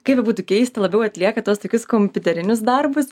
kaip bebūtų keista labiau atlieka tuos tokius kompiuterinius darbus